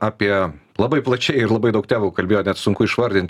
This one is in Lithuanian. apie labai plačiai ir labai daug temų kalbėjo net sunku išvardint